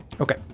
Okay